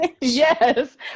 Yes